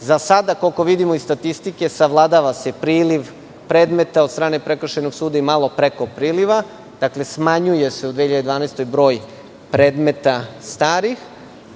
Za sada, koliko vidimo iz statistike, savladava se priliv predmeta od strane prekršajnog suda i malo preko priliva. Smanjuje se u 2012. godini broj starih predmeta,